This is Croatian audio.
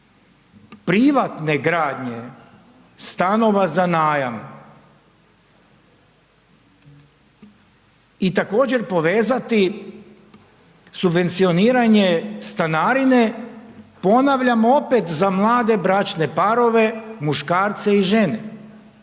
privatne gradnje stanova za najam i također povezati subvencioniranje stanarine, ponavljam opet, za mlade bračne parove, muškarce i žene,